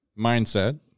mindset